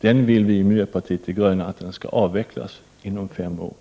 Den vill vi i miljöpartiet de gröna skall avvecklas inom fem år.